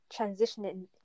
transitioning